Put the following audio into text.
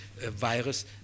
virus